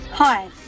Hi